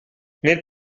nel